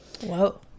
Whoa